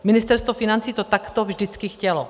Ministerstvo financí to takto vždycky chtělo.